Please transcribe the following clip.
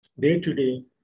day-to-day